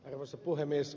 arvoisa puhemies